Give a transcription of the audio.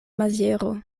maziero